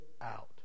out